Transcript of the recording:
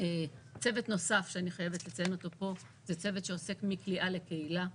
צוות נוסף שאני חייבת לציין אותו פה זה צוות שעוסק מכליאה לקהילה.